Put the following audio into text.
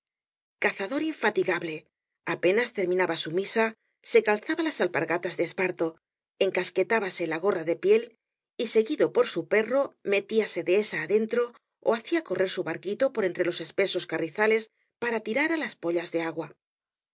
cazador infatigable apenas terminaba bu misa se calzaba las alpargatas de esparto encasquetábase la gorra de piel y seguido por su perro metíase dehesa adentro ó hacía correr su barquito por entre los espesos carrizales para tirar á las pollas de agua